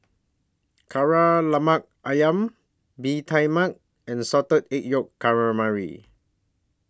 Kari Lemak Ayam Bee Tai Mak and Salted Egg Yolk Calamari